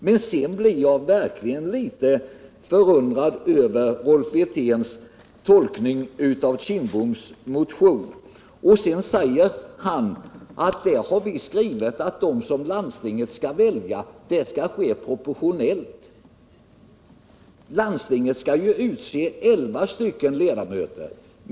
Sedan blev jag verkligen förundrad över Rolf Wirténs tolkning av Bengt Kindboms motion. Han sade att där står att landstingets representanter skall utses proportionellt. Landstinget skall utse elva ledamöter.